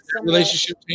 relationship